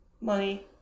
money